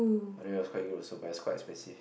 but then it was quite good also but it was quite expensive